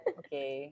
okay